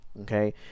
okay